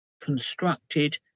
constructed